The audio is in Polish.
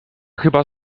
chyba